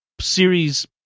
series